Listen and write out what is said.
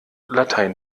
latein